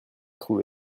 trouvés